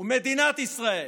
ומדינת ישראל